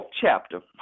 chapter